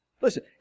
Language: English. Listen